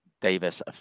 davis